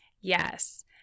Yes